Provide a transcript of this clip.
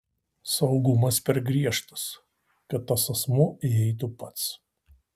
saugumas per griežtas kad tas asmuo įeitų pats